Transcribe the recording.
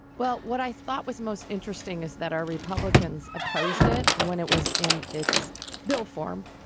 well, what i thought was most interesting is that our republicans opposed it when it was in its bill form.